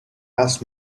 asked